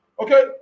Okay